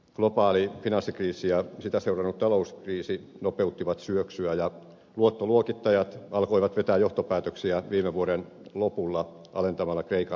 globaali finanssikriisi ja sitä seurannut talouskriisi nopeuttivat syöksyä ja luottoluokittajat alkoivat vetää johtopäätöksiä viime vuoden lopulla alentamalla kreikan luottoluokitusta